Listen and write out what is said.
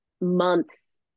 months